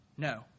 No